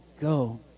Go